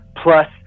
plus